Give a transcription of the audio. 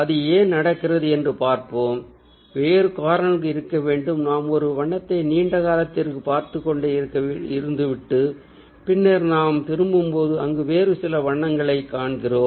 அது ஏன் நடக்கிறது என்று பார்ப்போம் வேறு காரணங்கள் இருக்க வேண்டும் நாம் ஒரு வண்ணத்தை நீண்ட காலத்திற்கு பார்த்துக்கொண்டே இருந்துவிட்டு பின்னர் நாம் திரும்பும்போது அங்கு வேறு சில வண்ணங்களைக் காண்கிறோம்